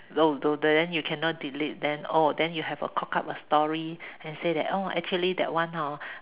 then you cannot delete then oh then you have to cock up a story and say that oh actually that one hor